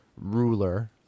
ruler